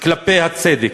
כלפי הצדק.